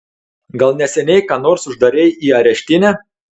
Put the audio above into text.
gal neseniai ką nors uždarei į areštinę